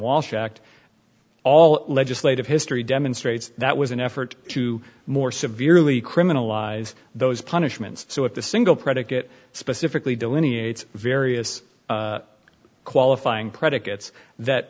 walsh act all legislative history demonstrates that was an effort to more severely criminalize those punishments so if the single predicate specifically delineates various qualifying predicates that